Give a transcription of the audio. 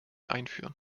einführen